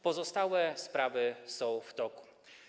Pozostałe sprawy są w toku.